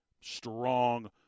strong